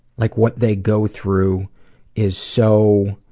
like what they go through is so